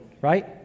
right